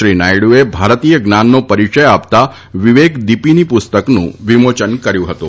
શ્રી નાયડુએ ભારતીય જ્ઞાનનો પરિચય આપતા વિવેકદીપીની પુસ્તકનું વિમોચન કર્યું હતું